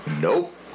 Nope